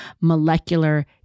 molecular